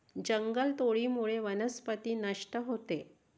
जंगलतोडीमुळे वनस्पती नष्ट होते